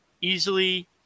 easily